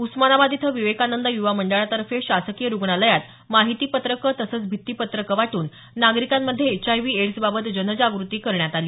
उस्मानाबाद इथं विवेकानंद युवा मंडळातर्फे शासकीय रुग्णालयांत माहिती पत्रकं तसंच भित्तीपत्रकं वाट्रन नागरिकांमध्ये एचआयव्ही एड्सबाबत जनजागृती करण्यात आली